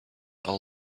all